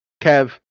Kev